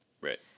Right